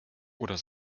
oder